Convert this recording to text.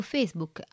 Facebook